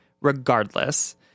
regardless